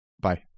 bye